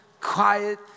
quiet